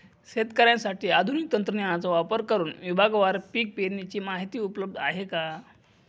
शेतकऱ्यांसाठी आधुनिक तंत्रज्ञानाचा वापर करुन विभागवार पीक पेरणीची माहिती उपलब्ध आहे का?